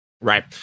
Right